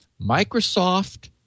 Microsoft